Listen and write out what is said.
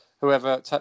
whoever